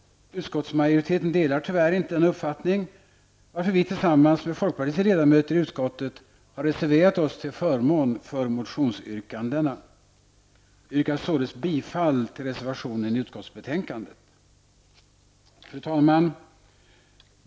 Utskottsmajoriteten delar tyvärr inte denna uppfattning, varför vi tillsammans med folkpartiets ledamöter i utskottet har reserverat oss till förmån för motionsyrkandena. Jag yrkar således bifall till reservationen i utskottsbetänkandet. Fru talman!